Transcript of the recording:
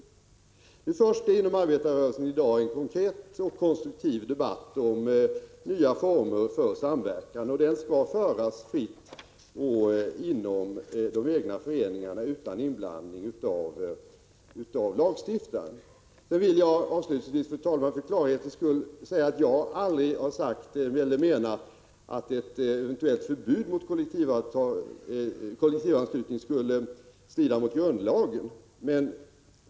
I dag förs inom arbetarrörelsen en konkret och konstruktiv debatt om nya former för samverkan. Denna debatt skall föras fritt inom de egna föreningarna och utan inblandning av lagstiftaren. 81 Fru talman! För klarhets skull vill jag avslutningsvis framhålla att jag aldrig har sagt eller menat att ett eventuellt förbud mot kollektivanslutning skulle strida mot grundlagen.